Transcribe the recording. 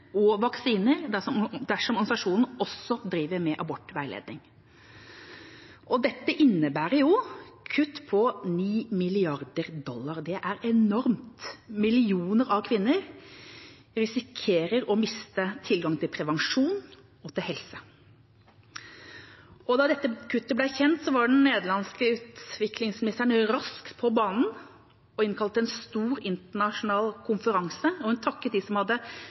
og vaksiner dersom organisasjonen også driver med abortveiledning. Dette innebærer kutt på 9 mrd. dollar. Det er enormt. Millioner av kvinner risikerer å miste tilgang til prevensjon og til helse. Da dette kuttet ble kjent, var den nederlandske utviklingsministeren raskt på banen og innkalte til en stor internasjonal konferanse, og hun takket dem som hadde